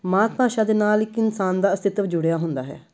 ਮਾਤ ਭਾਸ਼ਾ ਦੇ ਨਾਲ ਇੱਕ ਇਨਸਾਨ ਦਾ ਅਸਤਿਤਵ ਜੁੜਿਆ ਹੁੰਦਾ ਹੈ